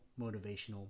motivational